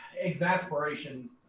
exasperation